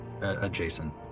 Adjacent